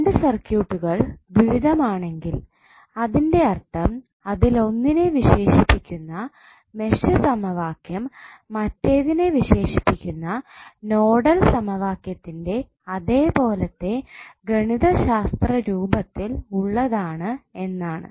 രണ്ട് സർക്യൂട്ടുകൾ ദ്വിവിധമാണെങ്കിൽ അതിന്റെ അർത്ഥം അതിൽ ഒന്നിനെ വിശേഷിപ്പിക്കുന്ന മെഷ് സമവാക്യം മറ്റേതിനെ വിശേഷിപ്പിക്കുന്ന നോഡൽ സമവാക്യത്തിന്റെ അതേ പോലത്തെ ഗണിതശാസ്ത്ര രൂപത്തിൽ ഉള്ളതാണ് എന്നാണ്